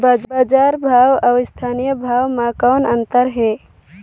बजार भाव अउ स्थानीय भाव म कौन अन्तर हे?